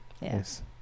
Yes